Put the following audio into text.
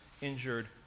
injured